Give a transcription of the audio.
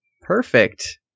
Perfect